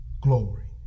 Glory